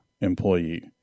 employee